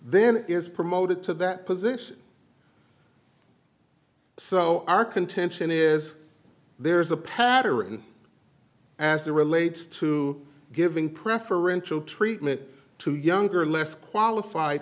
then is promoted to that position so our contention is there is a pattern as a relates to giving preferential treatment to younger less qualified